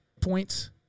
points